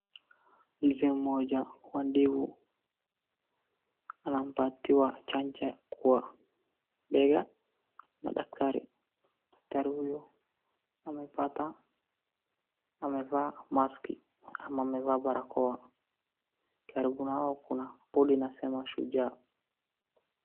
Mzee mmoja wa ndevu anapatiwa chanjo kwa bega na daktari, daktari huyu amevaa maski ama amevaa barakoa, karibu nao kuna bodi inasema shujaa.